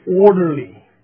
orderly